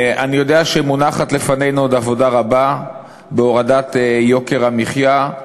אני יודע שמונחת לפנינו עוד עבודה רבה בהורדת יוקר המחיה.